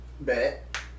bet